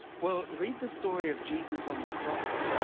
well, read the story of jesus on the cross.